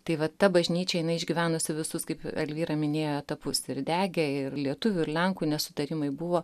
tai va ta bažnyčia jinai išgyvenusi visus kaip elvyra minėjo etapus ir degė ir lietuvių ir lenkų nesutarimai buvo